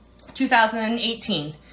2018